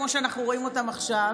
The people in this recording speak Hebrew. כמו שאנחנו רואים אותם עכשיו,